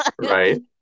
Right